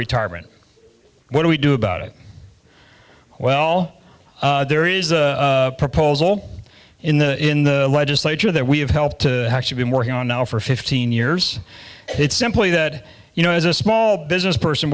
retirement what do we do about it well there is a proposal in the in the legislature that we have helped to actually been working on now for fifteen years it's simply that you know as a small business person